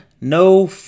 No